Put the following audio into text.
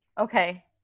okay